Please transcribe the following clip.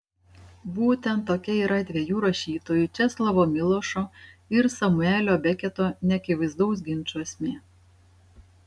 būtent tokia yra dviejų rašytojų česlovo milošo ir samuelio beketo neakivaizdaus ginčo esmė